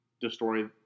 destroy